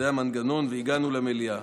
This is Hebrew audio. זה המנגנון, והגענו למליאה.